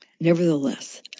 Nevertheless